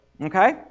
okay